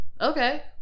okay